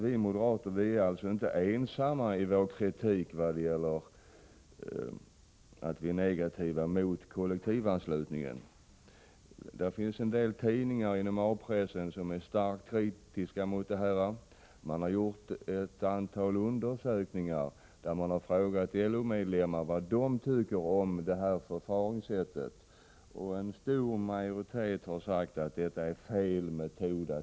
Vi moderater är inte ensamma när det gäller den negativa inställningen till kollektivanslutningen. Det finns en del tidningar inom arbetarrörelsen som är starkt kritiska mot detta. Man har gjort ett antal « undersökningar och frågat LO-medlemmar vad de tycker om detta förfa ringssätt. En stor majoritet har sagt att det är fel metod.